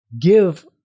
give